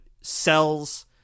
sells